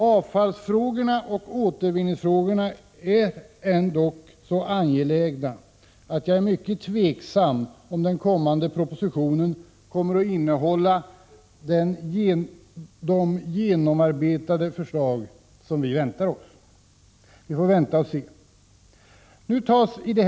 Avfallsfrågorna och återvinningsfrågorna är dock så angelägna att jag är mycket tveksam till om den kommande propositionen kommer att innehålla de genomarbetade förslag som vi förväntar oss. Vi får vänta och se.